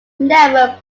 never